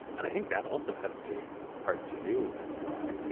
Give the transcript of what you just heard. i think that also had a big part to do with why,